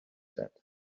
said